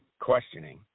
questioning